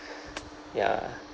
ya